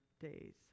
days